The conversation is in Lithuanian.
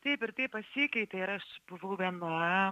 taip ir kaip pasikeitė ir aš buvau viena